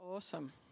Awesome